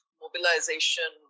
Mobilization